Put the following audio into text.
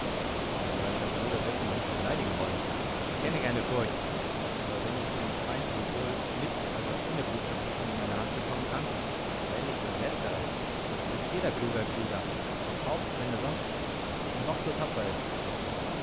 mein weißer bruder wird mich nicht beleidigen wollen ich kenne keine furcht aber wenn ich einen feind sowohl mit als auch ohne blutvergießen in meine hand bekommen kann so wähle ich das letztere das tut jeder kluge krieger auch wenn er sonst noch so tapfer ist